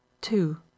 two